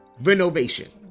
Renovation